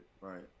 right